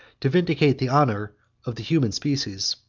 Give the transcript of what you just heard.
to vindicate the honor of the human species.